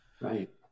right